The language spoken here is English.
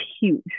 huge